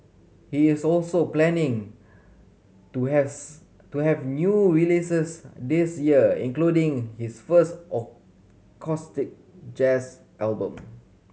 he is also planning to has to have new releases this year including his first acoustic jazz album